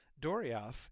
Doriath